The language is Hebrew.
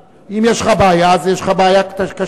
אם יש לך בעיה, אז יש לך בעיה קשה.